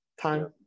time